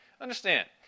Understand